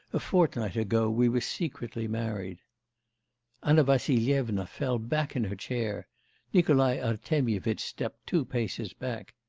a fortnight ago, we were secretly married anna vassilyevna fell back in her chair nikolai artemyevitch stepped two paces back.